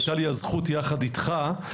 היתה לי הזכות יחד אתך,